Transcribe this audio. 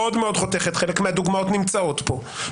מאוד מאוד חותכת, חלק מהדוגמאות נמצאות פה.